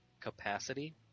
capacity